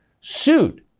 sued